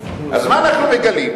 אז מה אנחנו מגלים?